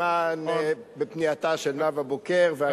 בפנייתה של נאוה בוקר.